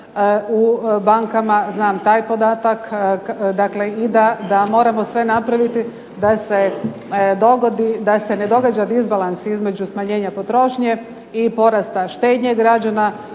u bankama, znam taj podataka, i da moramo sve napraviti da se ne događa disbalans između smanjenja potrošnje i porasta štednje građana